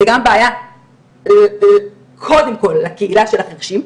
זו בעיה קודם כל לקהילה של החרשים,